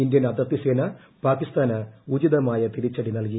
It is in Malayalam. ഇന്ത്യൻ അതിർത്തി സേന പാകിസ്ഥാന് ഉചിതമായ തിരിച്ചടി നൽകി